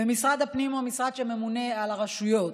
ומשרד הפנים הוא המשרד שממונה על הרשויות.